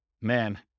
man